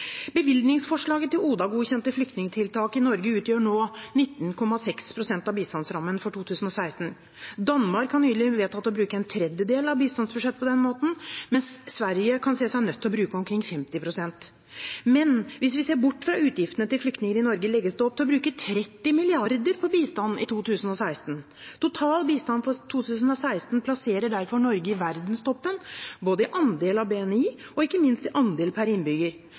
Bevilgningsforslaget til ODA-godkjente flyktningtiltak i Norge utgjør nå 19,6 pst. av bistandsrammen for 2016. Danmark har nylig vedtatt å bruke en tredjedel av bistandsbudsjettet på denne måten, mens Sverige kan se seg nødt til å bruke omkring 50 pst. Men hvis vi ser bort fra utgiftene til flyktninger i Norge, legges det opp til å bruke 30 mrd. kr på bistand i 2016. Total bistand for 2016 plasserer derfor Norge i verdenstoppen både i andel av BNI og ikke minst i andel per innbygger.